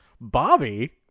Bobby